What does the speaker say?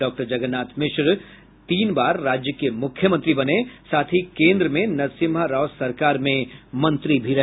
doctor Jagannath Mishra तीन बार राज्य के मुख्यमंत्री बने साथ ही केन्द्र में नरसिम्हा राव सरकार में मंत्री भी रहे